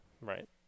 Right